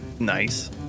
nice